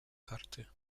karty